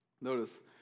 Notice